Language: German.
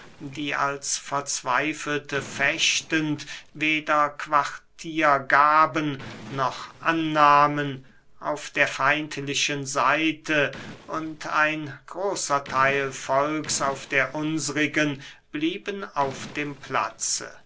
die als verzweifelte fechtend weder quartier gaben noch annahmen auf der feindlichen seite und ein großer theil volks auf der unsrigen blieben auf dem platze